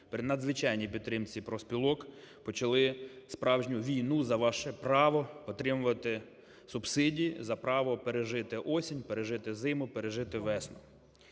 при надзвичайній підтримці профспілок – почали справжню війну за ваше право отримувати субсидії, за право пережити осінь, пережити зиму, пережити весну.